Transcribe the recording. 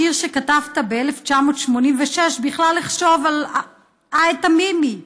השיר שכתבת ב-1986, בכלל אחשוב על עהד תמימי,